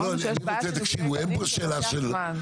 אמרנו שיש בעיה של ניגודי עניינים וזה לוקח זמן.